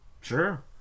Sure